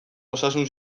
osasun